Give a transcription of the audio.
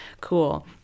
cool